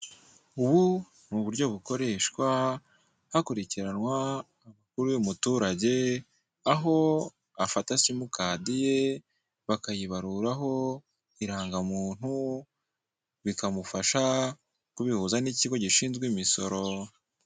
Ubu ni uburyo bukoreshwa hakurikiranwa amakuru y'umuturage, aho bafata simukadi ye bakayibaruraho irangamuntu, bikamufasha kubihuza n'ikigo gishinzwe imisoro.